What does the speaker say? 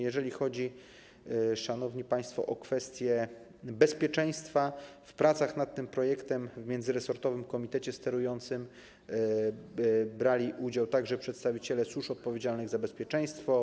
Jeżeli chodzi, szanowni państwo, o kwestię bezpieczeństwa, w pracach nad tym projektem w Międzyresortowym Komitecie Sterującym brali udział także przedstawiciele służb odpowiedzialnych za bezpieczeństwo.